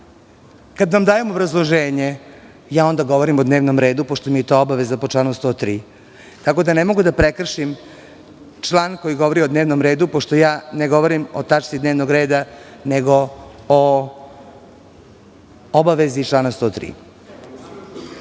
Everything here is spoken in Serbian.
Kada vam dajem obrazloženje, ja onda govorim o dnevnom redu, pošto mi je to obaveza, po članu 103. Ne mogu da prekršim član koji govori o dnevnom redu, pošto ja ne govorim o tački dnevnog reda, nego o obavezi iz člana